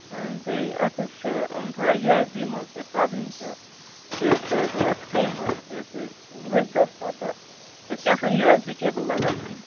ٲں بیٚیہِ اتھ حٲز چھِ تھوڑا یو ایس بی منٛز تہِ پرابلِم تہٕ بیٚیہِ حٲز چھِ تھوڑا سِکرین منٛز تہِ تُہۍ وٕچھہ پتہٕ کیازِ کہ اتھ چھنہٕ یو اس بی کیبٕل لَگان بیٚیہِ کیٚنٛہہ